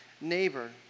neighbor